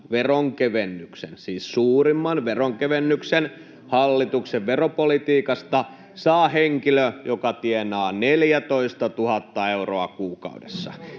veronkevennyksen, siis suurimman veronkevennyksen, hallituksen veropolitiikasta saa henkilö, joka tienaa 14 000 euroa kuukaudessa.